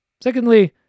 Secondly